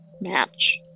match